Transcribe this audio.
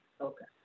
Okay